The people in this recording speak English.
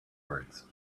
words